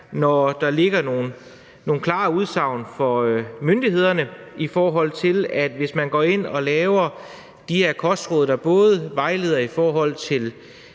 når der ligger nogle klare udsagn fra myndighederne, i forhold til at det, hvis man går ind og laver de her kostråd, der både vejleder med hensyn til